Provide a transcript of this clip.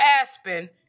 Aspen